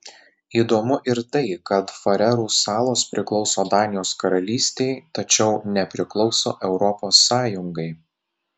įdomu ir tai kad farerų salos priklauso danijos karalystei tačiau nepriklauso europos sąjungai